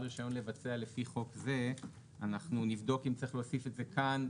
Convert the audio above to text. רישיון לבצע לפי חוק זה ואנחנו נבדוק אם צריך להוסיף את זה כאן,